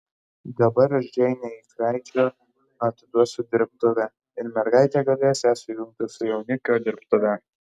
dabar aš džeinei kraičio atiduosiu dirbtuvę ir mergaitė galės ją sujungti su jaunikio dirbtuve